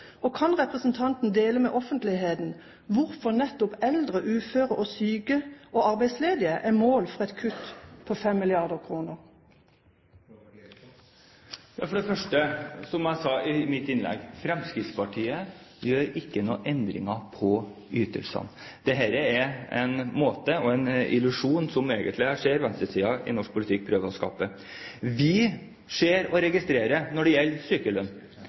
og kan representanten dele med offentligheten hvorfor nettopp eldre, uføre, syke og arbeidsledige er mål for et kutt på 5 mrd. kr? For det første, som jeg sa i mitt innlegg: Fremskrittspartiet gjør ikke noen endringer i ytelsene. Dette er en illusjon som jeg ser at venstresiden i norsk politikk prøver å skape. Vi ser og registrerer når det gjelder sykelønn,